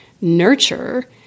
Nurture